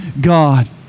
God